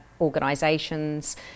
organisations